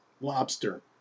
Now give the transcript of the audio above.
lobster